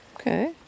Okay